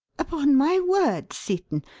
upon my word, seton,